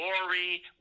glory